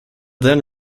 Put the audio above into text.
then